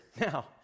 Now